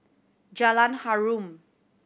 Jalan Harum